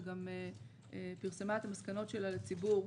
שגם פרסמה את המסקנות שלה לציבור,